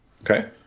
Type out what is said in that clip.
Okay